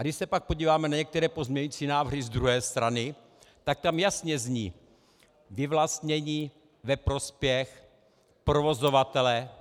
Když se pak podíváme na některé pozměňovací návrhy z druhé strany, tak tam jasně zní: vyvlastnění ve prospěch provozovatele.